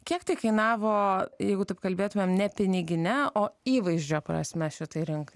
kiek tai kainavo jeigu taip kalbėtumėm ne pinigine o įvaizdžio prasme šitai rinkai